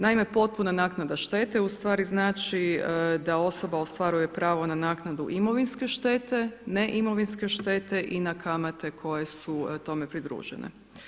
Naime, potpuna naknada štete u stvari znači da osoba ostvaruje pravo na naknadu imovinske štete, ne imovinske štete i na kamate koje su tome pridružene.